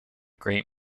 great